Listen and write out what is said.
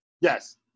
Yes